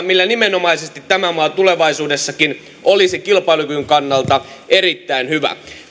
millä nimenomaisesti tämä maa tulevaisuudessakin olisi kilpailukyvyn kannalta erittäin hyvä